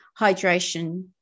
hydration